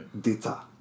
data